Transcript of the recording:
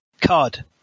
card